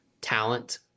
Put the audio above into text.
talent